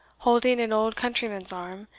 holding an old countryman's arm,